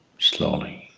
slowly,